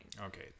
Okay